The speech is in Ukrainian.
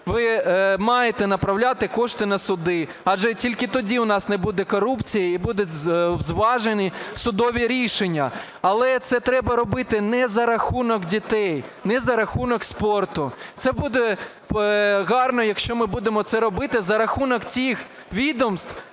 ви маєте направляти кошти на суди, адже тільки тоді у нас не буде корупції і будуть зважені судові рішення. Але це треба робити не за рахунок дітей, не за рахунок спорту. Це буде гарно, якщо ми будемо це робити за рахунок тих відомств,